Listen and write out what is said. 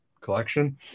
collection